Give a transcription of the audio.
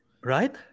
Right